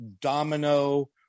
domino